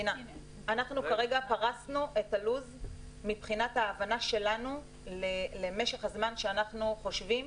כרגע פרסנו את הלו"ז מבחינת ההבנה שלנו למשך הזמן שאנחנו חושבים